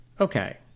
Okay